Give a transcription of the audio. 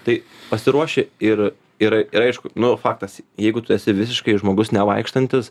tai pasiruoši ir ir ir aišku nu faktas jeigu tu esi visiškai žmogus nevaikštantis